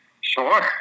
Sure